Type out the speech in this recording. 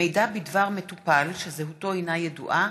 (מידע בדבר מטופל שזהותו אינה ידועה